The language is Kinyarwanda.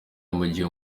mugihe